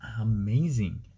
amazing